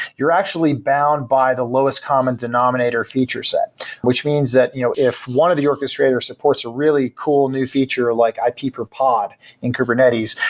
you're actually bound by the lowest common denominator feature set which means that you know, if one of the orchestrators supports a really cool new feature like ip per pod in kubernetes,